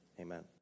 Amen